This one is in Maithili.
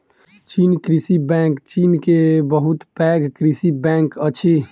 चीन कृषि बैंक चीन के बहुत पैघ कृषि बैंक अछि